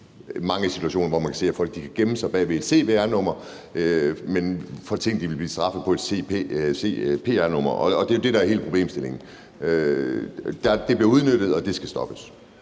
mange situationer, hvor man kan se, at folk kan gemme sig bag ved et cvr-nummer i forhold til ting, de ville blive straffet for på et cpr-nummer, og det er jo det, der er hele problemstillingen; det bliver udnyttet, og det skal stoppes.